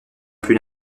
plus